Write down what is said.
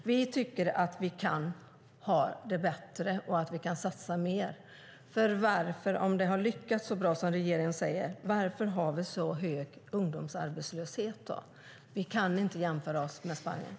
Vi tycker att vi kan ha det bättre och att vi kan satsa mer. Om det har lyckats så bra som regeringen säger, varför har vi då så hög ungdomsarbetslöshet? Vi kan inte jämföra oss med Spanien.